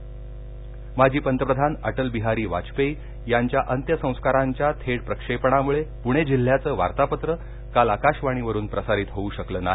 वार्तापत्रः माजी पंतप्रधान अटल बिहारी वाजपेयी यांच्या अंत्यसंस्कारांच्या थेट प्रक्षेपणामुळे पुणे जिल्ह्याचं वार्तापत्र काल आकाशवाणीवरून प्रसारित होऊ शकलं नाही